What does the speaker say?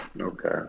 Okay